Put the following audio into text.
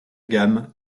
gamme